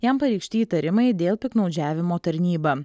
jam pareikšti įtarimai dėl piktnaudžiavimo tarnyba